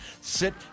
sit